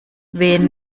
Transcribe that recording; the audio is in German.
wen